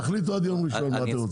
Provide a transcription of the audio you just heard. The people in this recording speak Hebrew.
תחליטו עד יום ראשון מה אתם רוצים.